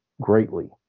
greatly